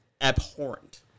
Abhorrent